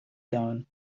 down